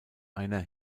einer